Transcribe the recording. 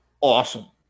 awesome